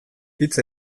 hitz